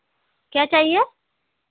क्या चाहिए